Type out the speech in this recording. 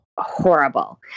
horrible